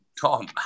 Tom